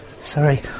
sorry